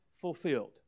fulfilled